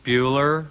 Bueller